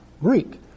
Greek